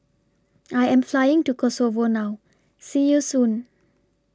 I Am Flying to Kosovo now See YOU Soon